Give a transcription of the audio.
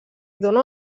dóna